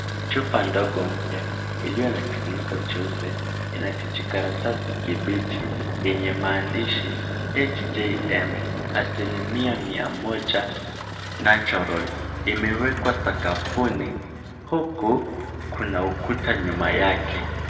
Chupa ndogo mpya, iliyo na kifuniko cheupe, ina kijikaratasi kibichi yenye maandishi FGM, asilimia mia moja, natural , imewekwa sakafuni huku kuna ukuta nyuma yake.